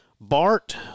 Bart